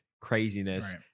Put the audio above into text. craziness